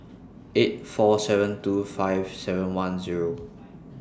eight four seven two five seven one Zero